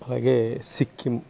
అలాగే సిక్కిం